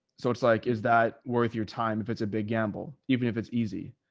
so it's like, is that worth your time? if it's a big gamble, even if it's easy,